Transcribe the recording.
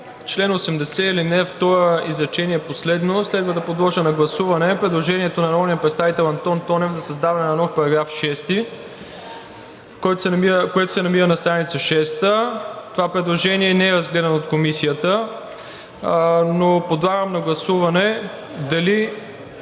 чл. 80, ал. 2, изречение последно следва да подложа на гласуване предложението на народния представител Антон Тонев за създаване на нов § 6, което се намира на страница 6. Това предложение не е разгледано от Комисията, но подлагам на гласуване дали